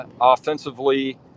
offensively